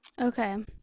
Okay